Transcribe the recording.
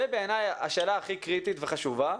זאת בעיניי השאלה הכי קריטית וחשובה.